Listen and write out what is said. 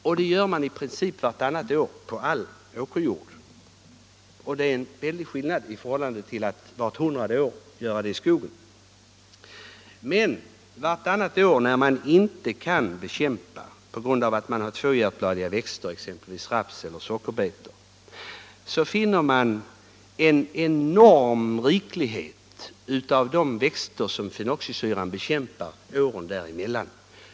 Man använder dem i princip vartannat år på all åkerjord. Bara det är en väldig skillnad mot att använda preparatet vart hundrade år i skogen. Men vartannat år, när man i jordbruket inte kan göra bekämpningen på grund av att man har tvåhjärtbladiga växter, t.ex. raps och sockerbetor, finner man en enorm rikedom av de växter fenoxisyrorna bekämpar åren däremellan.